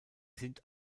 sind